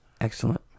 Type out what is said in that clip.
Excellent